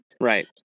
Right